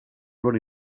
run